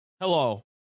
hello